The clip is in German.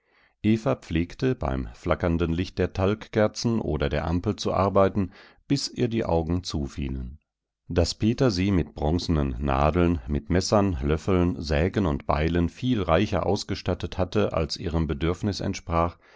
pflegte beim flackernden licht der talgkerzen oder der ampel zu arbeiten bis ihr die augen zufielen daß peter sie mit bronzenen nadeln mit messern löffeln sägen und beilen viel reicher ausgestattet hatte als ihrem bedürfnis entsprach